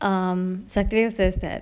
um satif says that